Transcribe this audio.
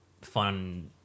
fun